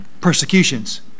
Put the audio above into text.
Persecutions